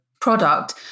product